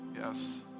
Yes